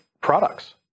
products